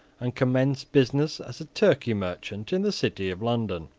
and commenced business as a turkey merchant in the city of london.